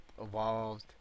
evolved